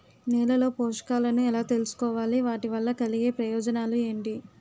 నేలలో పోషకాలను ఎలా తెలుసుకోవాలి? వాటి వల్ల కలిగే ప్రయోజనాలు ఏంటి?